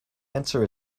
answer